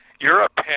europe